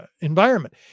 environment